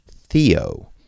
Theo